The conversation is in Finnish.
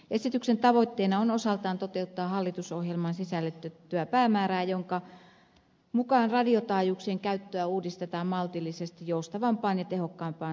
esityksen tavoitteena on osaltaan toteuttaa hallitusohjelmaan sisällytettyä päämäärää jonka mukaan radiotaajuuksien käyttöä uudistetaan maltillisesti joustavampaan ja tehokkaampaan suuntaan